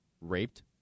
raped